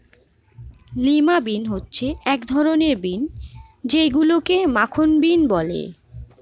lima bean হচ্ছে এক ধরনের বিন যেইগুলোকে মাখন বিন বলে